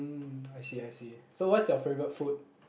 mm I see I see so what's your favourite food